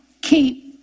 keep